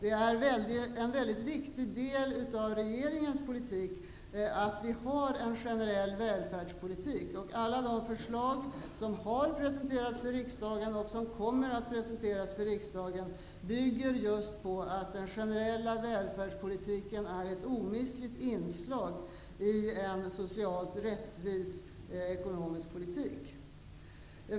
En generell välfärdspolitik är en väldigt viktig del av regeringens politik, och alla de förslag som har presenterats för riksdagen, och som kommer att presenteras för riksdagen bygger just på att den generella välfärdspolitiken utgör ett omistligt inslag i en socialt rättvis ekonomisk politik.